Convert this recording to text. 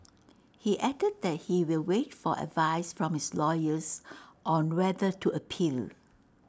he added that he will wait for advice from his lawyers on whether to appeal